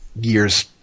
years